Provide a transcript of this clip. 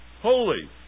Holy